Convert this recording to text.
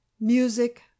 music